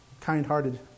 kind-hearted